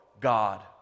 God